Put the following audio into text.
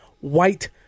white